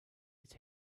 its